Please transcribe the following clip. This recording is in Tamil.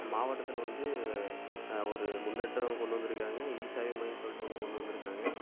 மாவட்டத்தில் வந்து ஒரு முன்னேற்றம் கொண்டு வந்துருக்காங்க இசேவை மையம்னு சொல்லிட்டு ஒன்று கொண்டு வந்துருக்காங்க